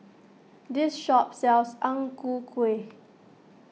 this shop sells Ang Ku Kueh